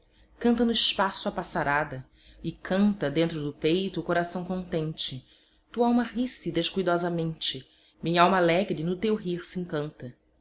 canta no espaço a passarada e canta dentro do peito o coração contente tualma ri-se descuidosamente minhalma alegre no teu rir sencanta